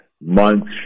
months